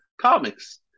comics